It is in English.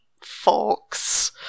folks